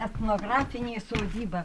etnografinė sodyba